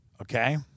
okay